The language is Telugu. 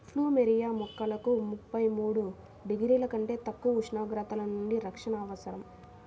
ప్లూమెరియా మొక్కలకు ముప్పై మూడు డిగ్రీల కంటే తక్కువ ఉష్ణోగ్రతల నుండి రక్షణ అవసరం